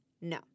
No